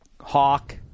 hawk